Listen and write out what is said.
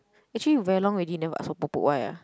actually very long already never ask for why ah